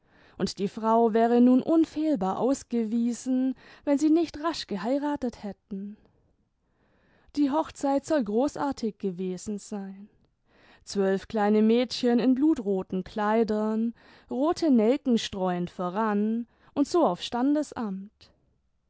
und die frau wäre nun unfehlbar ausgewiesen wenn sie nicht rasch geheiratet hätten die hochzeit soll großartig gewesen sein zwölf kleine mädchen in blutroten kleidern rote nelken streuend voran und so aufs standesamt